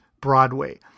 Broadway